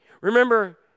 Remember